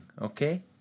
okay